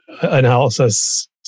analysis